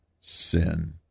sin